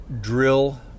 drill